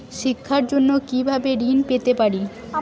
শিক্ষার জন্য কি ভাবে ঋণ পেতে পারি?